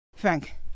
Frank